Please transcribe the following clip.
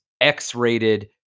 X-rated